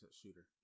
shooter